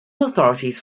authorities